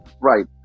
Right